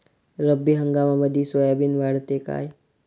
रब्बी हंगामामंदी सोयाबीन वाढते काय?